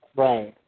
right